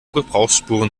gebrauchsspuren